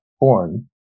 born